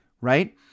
Right